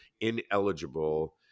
ineligible